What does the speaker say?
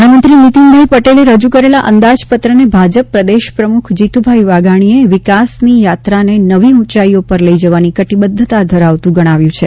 નાણામંત્રી નીતીનભાઈ પટેલે રજૂ કરેલા અંદાજપત્રને ભાજપ પ્રદેશ પ્રમુખ જીતુભાઈ વાઘાણીએ વિકાસયાત્રાને નવી ઉંચાઈઓ પર લઈ જવાની કટિબદ્ધતા ધરાવતું ગણાવ્યું છે